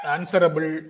Answerable